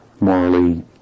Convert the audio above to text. morally